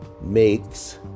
makes